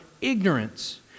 ignorance